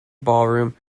ballroom